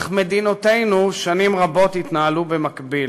אך מדינותינו שנים רבות התנהלו במקביל.